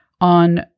On